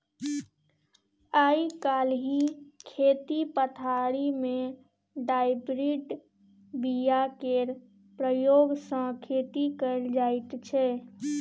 आइ काल्हि खेती पथारी मे हाइब्रिड बीया केर प्रयोग सँ खेती कएल जाइत छै